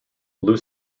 blue